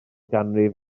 ganrif